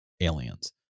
aliens